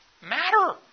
matter